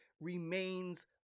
remains